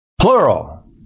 plural